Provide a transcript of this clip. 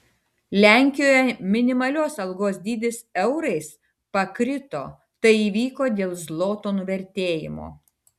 lenkijoje minimalios algos dydis eurais pakrito tai įvyko dėl zloto nuvertėjimo